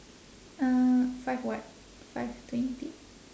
uh five what five twenty